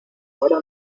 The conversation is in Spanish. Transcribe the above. ahora